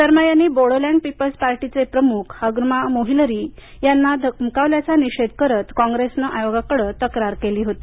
शर्मा यांनी बोडोलॅंड पीपल्स पार्टीचे प्रमुख हाग्रमा मोहिलरी यांना धमकावल्याचा निषेध करत कॉंग्रेसनं आयोगाकडं तक्रार केली होती